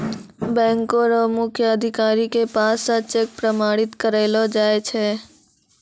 बैंको र मुख्य अधिकारी के पास स चेक प्रमाणित करैलो जाय छै